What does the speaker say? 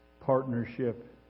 partnership